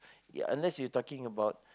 ya unless you talking about